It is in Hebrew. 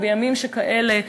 ובימים שכאלה,